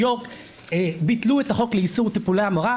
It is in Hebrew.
יורק ביטלו את החוק לאיסור טיפולי המרה.